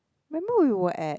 remember we were at